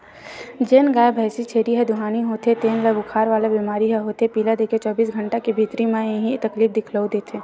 जेन गाय, भइसी, छेरी ह दुहानी होथे तेन ल बुखार वाला बेमारी ह होथे पिला देके चौबीस घंटा के भीतरी म ही ऐ तकलीफ दिखउल देथे